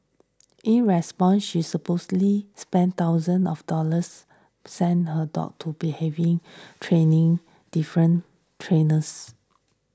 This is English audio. in response she supposedly spent thousands of dollars send her dog to be having training different trainers